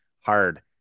hard